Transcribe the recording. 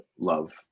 love